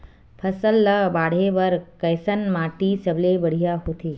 फसल ला बाढ़े बर कैसन माटी सबले बढ़िया होथे?